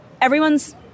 everyone's